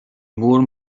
more